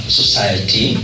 society